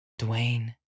Dwayne